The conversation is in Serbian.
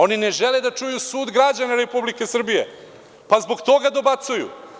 Oni ne žele da čuju sud građana Republike Srbije, pa zbog toga dobacuju.